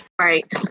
Right